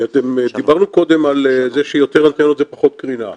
דיברנו קודם על זה שיותר אנטנות זה פחות קרינה.